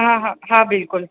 हा हा हा बिल्कुलु